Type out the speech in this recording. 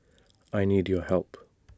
I need your help